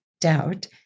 doubt